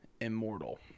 immortal